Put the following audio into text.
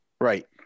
Right